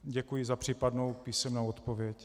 Děkuji za případnou písemnou odpověď.